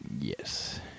Yes